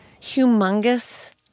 humongous